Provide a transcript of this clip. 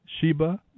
Sheba